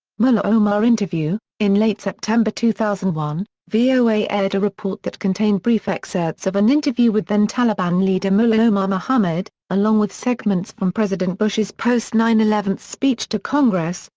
mullah omar interview in late september two thousand and one, voa aired a report that contained brief excerpts of an interview with then taliban leader mullah omar mohammad, along with segments from president bush's post nine eleven speech to congress,